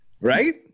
Right